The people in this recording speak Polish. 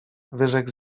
wyrzekł